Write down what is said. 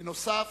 בנוסף,